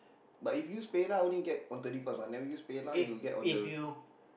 but if use PayLah only get one thirty first ah never use PayLah you get on the